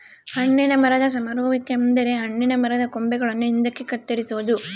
ಹಣ್ಣಿನ ಮರದ ಸಮರುವಿಕೆ ಅಂದರೆ ಹಣ್ಣಿನ ಮರದ ಕೊಂಬೆಗಳನ್ನು ಹಿಂದಕ್ಕೆ ಕತ್ತರಿಸೊದು